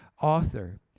author